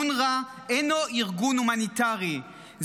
אונר"א אינו ארגון הומניטרי,